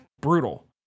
brutal